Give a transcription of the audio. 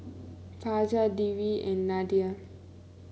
Fajar Dwi and Nadia